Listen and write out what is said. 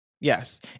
yes